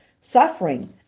suffering